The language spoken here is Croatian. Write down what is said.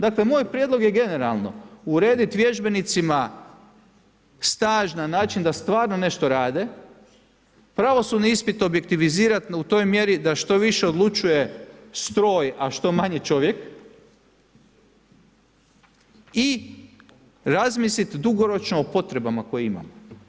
Dakle moj prijedlog je, generalno, uredit vježbenicima staž na način da stvarno nešto rade, pravosudni ispit objektivizirat u toj mjeri da što više odlučuje stroj, a što manje čovjek i razmislit dugoročno o potrebama koje imamo.